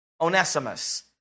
Onesimus